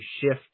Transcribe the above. shift